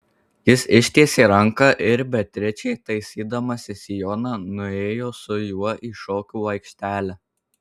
jis ištiesė ranką ir beatričė taisydamasi sijoną nuėjo su juo į šokių aikštelę